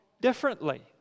differently